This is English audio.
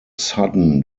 sudden